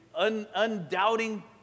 undoubting